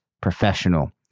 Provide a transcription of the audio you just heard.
professional